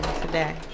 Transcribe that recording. today